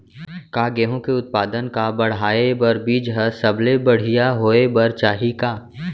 का गेहूँ के उत्पादन का बढ़ाये बर बीज ह सबले बढ़िया होय बर चाही का?